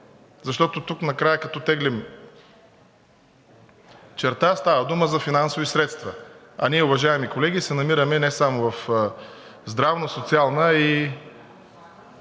защото тук накрая като теглим черта – става дума за финансови средства. А ние, уважаеми колеги, се намираме не само в здравна, социална,